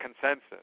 consensus